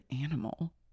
animal